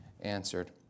answered